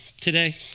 today